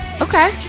Okay